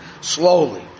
slowly